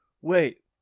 Wait